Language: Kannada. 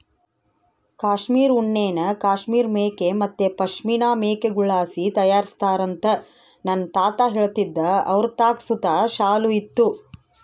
ಕಾಶ್ಮೀರ್ ಉಣ್ಣೆನ ಕಾಶ್ಮೀರ್ ಮೇಕೆ ಮತ್ತೆ ಪಶ್ಮಿನಾ ಮೇಕೆಗುಳ್ಳಾಸಿ ತಯಾರಿಸ್ತಾರಂತ ನನ್ನ ತಾತ ಹೇಳ್ತಿದ್ದ ಅವರತಾಕ ಸುತ ಶಾಲು ಇತ್ತು